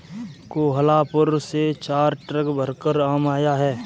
कोहलापुर से चार ट्रक भरकर आम आया है